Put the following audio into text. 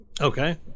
Okay